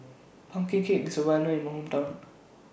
Pumpkin Cake IS Well known in My Hometown